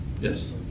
Yes